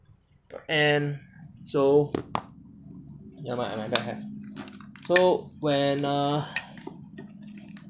and so nevermind nevermind so when err